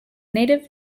native